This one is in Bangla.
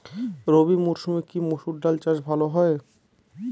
রবি মরসুমে কি মসুর ডাল চাষ ভালো হয়?